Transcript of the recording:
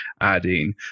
adding